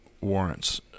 warrants